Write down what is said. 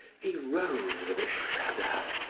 he rose with a shudder.